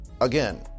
Again